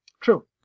true